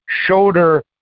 Shoulder